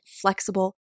flexible